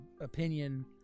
opinion